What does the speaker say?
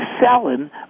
selling